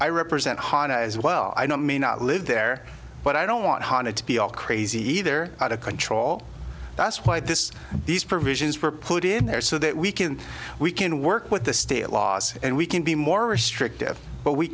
i represent honda as well i know may not live there but i don't want hunted to be all crazy either out of control that's why this these provisions were put in there so that we can we can work with the state laws and we can be more restrictive but we